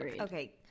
Okay